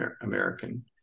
American